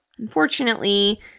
Unfortunately